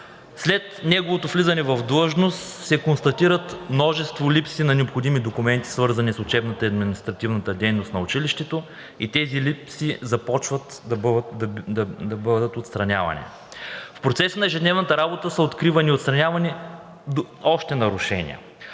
След неговото влизане в длъжност се констатират множество липси на необходими документи, свързани с учебната и административната дейност на училището, и тези липси започват да бъдат отстранявани. В процеса на ежедневната работа са откривани и отстранявани още нарушения